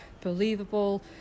believable